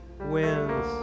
wins